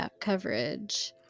coverage